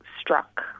struck